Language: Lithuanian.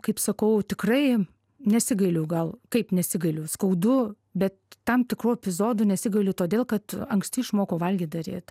kaip sakau tikrai nesigailiu gal kaip nesigailiu skaudu bet tam tikrų epizodų nesigailiu todėl kad anksti išmokau valgyt daryt